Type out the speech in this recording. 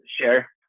share